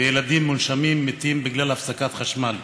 ילדים מונשמים מתים בגלל הפסקת חשמל.